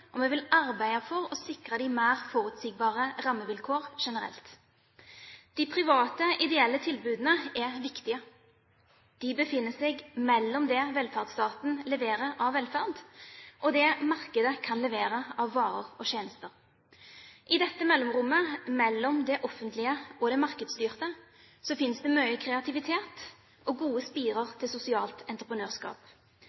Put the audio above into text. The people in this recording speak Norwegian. og vi vil arbeide for å sikre dem mer forutsigbare rammevilkår generelt. De private ideelle tilbudene er viktige. De befinner seg mellom det velferdsstaten leverer av velferd, og det markedet kan levere av varer og tjenester. I mellomrommet mellom det offentlige og det markedsstyrte finnes det mye kreativitet og gode